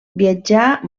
viatjà